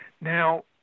Now